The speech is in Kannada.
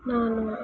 ನಾನು